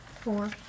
Four